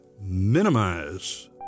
minimize